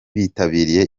bitabiriye